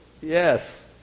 yes